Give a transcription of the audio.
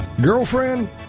Girlfriend